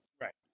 Right